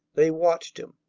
they watched him,